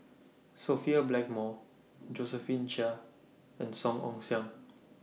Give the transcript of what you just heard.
Sophia Blackmore Josephine Chia and Song Ong Siang